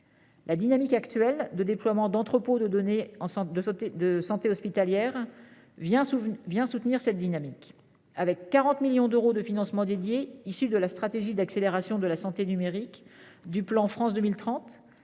La dynamique actuelle de déploiement d'entrepôts de données de santé hospitalières vient soutenir cette démarche. Avec 40 millions d'euros de financements dédiés, issus de la stratégie d'accélération de la santé numérique du plan France 2030,